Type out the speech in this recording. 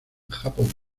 japón